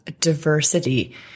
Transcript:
diversity